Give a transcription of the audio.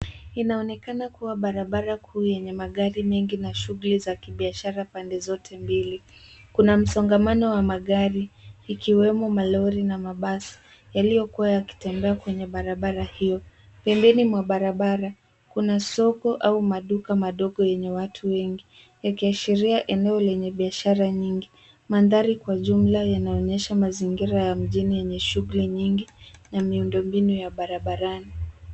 Inaonekana kuwa barabara kuu yenye magari mengi na shughuli za kibiashara pande zote mbili. Kuna msongamano wa magari, ikiwemo malori na mabasi yaliyokuwa yakitembea kwa barabara hiyo. Pembeni mwa barabara kuna soko au maduka madogo yenye watu wengi, yakiashiria eneo lenye biashara nyingi. Mandhari kwa jumla yanaonyesha mazingira ya mjini yenye shughuli nyingi na miundo mbinu ya barabarani.